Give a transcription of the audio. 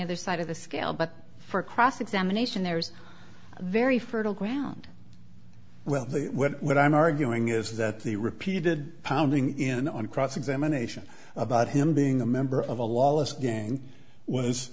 other side of the scale but for cross examination there's a very fertile ground well that what i'm arguing is that the repeated pounding in on cross examination about him being a member of a lawless gang was